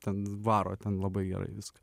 ten varo ten labai gerai viską